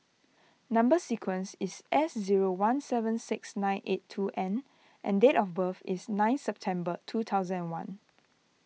Number Sequence is S zero one seven six nine eight two N and date of birth is nine September two thousand and one